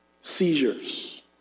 seizures